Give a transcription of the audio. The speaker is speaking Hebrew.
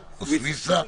סויסה,